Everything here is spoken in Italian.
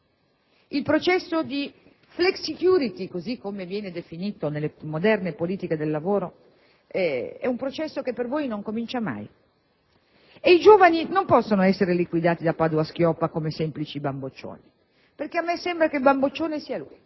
Il processo di *flexsecurity*, così come viene definito nelle più moderne politiche del lavoro, per voi non comincia mai. E i giovani non possono essere liquidati da Padoa-Schioppa come semplici bamboccioni, perché a me sembra che bamboccione sia lui,